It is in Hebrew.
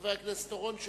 חבר הכנסת אורון,